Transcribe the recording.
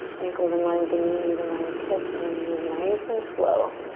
ankles in line with the knees, in line with the hips and we're gonna move nice and slow.